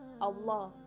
Allah